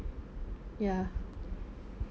ya